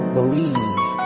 believe